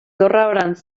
dorraorantz